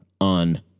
on